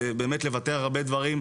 ובאמת לוותר על הרבה דברים,